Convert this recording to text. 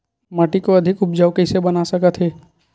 माटी को अधिक उपजाऊ कइसे बना सकत हे?